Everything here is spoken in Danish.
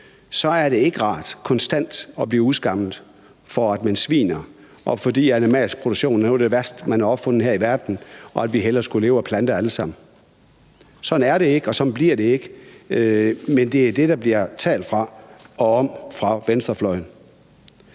er det ikke rart konstant at blive udskammet for, at man sviner, og fordi animalsk produktion er noget af det værste, man har opfundet her i verden, og vi hellere skulle leve af planter alle sammen. Sådan er det ikke, og sådan bliver det ikke, men det er det, der bliver talt ud fra og talt om fra venstrefløjens